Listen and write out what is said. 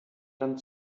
dann